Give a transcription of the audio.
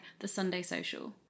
TheSundaySocial